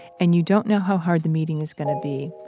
and you don't know how hard the meeting is gonna be.